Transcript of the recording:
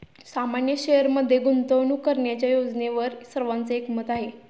सामान्य शेअरमध्ये गुंतवणूक करण्याच्या योजनेवर सर्वांचे एकमत आहे